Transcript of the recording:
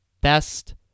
best